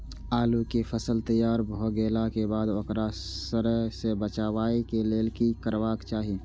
आलू केय फसल तैयार भ गेला के बाद ओकरा सड़य सं बचावय लेल की करबाक चाहि?